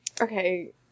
okay